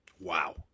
Wow